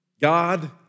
God